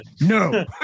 no